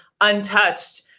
untouched